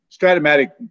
stratomatic